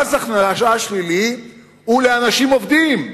מס הכנסה שלילי הוא לאנשים עובדים.